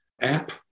app